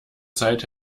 zeit